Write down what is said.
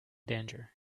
danger